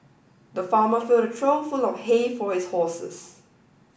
the farmer filled a trough full of hay for his horses